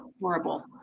Horrible